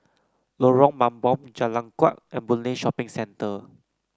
Lorong Mambong Jalan Kuak and Boon Lay Shopping Centre